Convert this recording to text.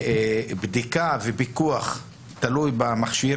בדיקה ופיקוח זה תלוי מכשיר,